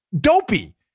dopey